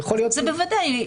זה בוודאי,